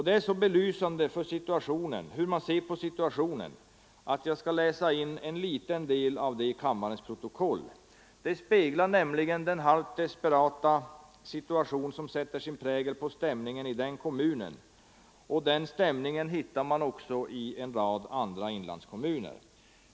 Det är så belysande för hur man ser på situationen att jag skall läsa in en liten del därav i kammarens protokoll. Det speglar nämligen den halvt desperata situation som sätter sin prägel på stämningen i den kommunen, och den stämningen hittar man också i en rad andra inlandskommuner.